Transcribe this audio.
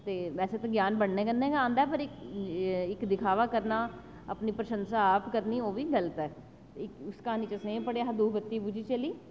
बैसे ते ज्ञान बंडने कन्नै गै आंदा पर इक्क दिखावा करना अपनी प्रशंसा आप करनी होऐ ओह्बी बड़ी ऐ उस क्हानी च असें एह्बी पढ़ेआ हा दीप बत्ती बुझी जली